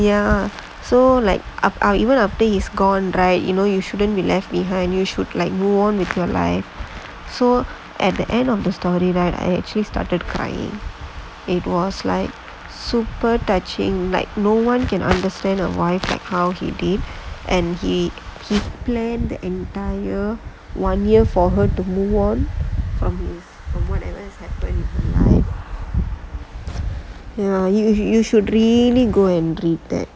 ya so like up our even after he is gone right you know you shouldn't be left behind you should like go on with your life so at the end of the story right I actually started crying it was like super touching like no one can understand her mind like how he did and he he actually plan the entire one year for her to move on um you know ya you you should really go and read that